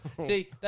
See